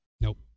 Nope